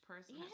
person